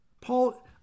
Paul